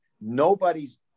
nobody's